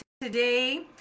today